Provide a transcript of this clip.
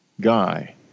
guy